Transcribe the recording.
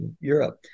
Europe